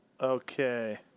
Okay